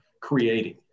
creating